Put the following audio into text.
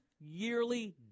yearly